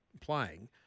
playing